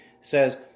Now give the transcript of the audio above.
says